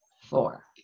Four